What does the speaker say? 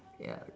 ya